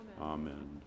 amen